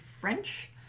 French